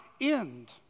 end